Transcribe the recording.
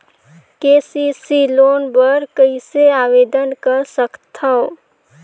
KCC loan बर कइसे आवेदन कर सकथव?